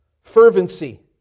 fervency